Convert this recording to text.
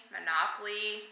Monopoly